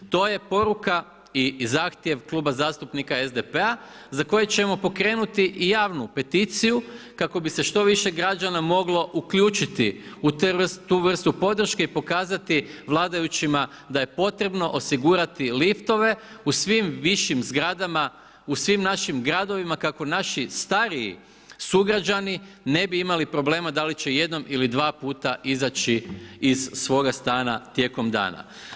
To je poruka i zahtjev Kluba zastupnika SDP-a za koji ćemo pokrenuti i javnu peticiju kako bi se što više građana moglo uključiti u tu vrstu podrške i pokazati vladajućima da je potrebno osigurati liftove u svim višim zgradama u svim našim gradovima, kako naši stariji sugrađani ne bi imali problema da li će jednom ili 2 puta izaći iz svoga stana tijekom dana.